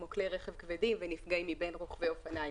כמו כלי רכב כבדים ונפגעים מבין רוכבי אופניים.